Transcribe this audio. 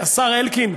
השר אלקין,